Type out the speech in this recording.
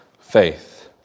faith